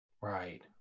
Right